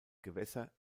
gewässer